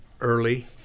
early